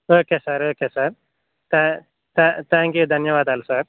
okay sir okay sir thank you ధన్యవాదాలు sir